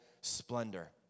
splendor